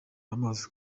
bamaze